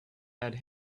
had